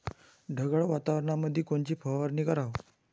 ढगाळ वातावरणामंदी कोनची फवारनी कराव?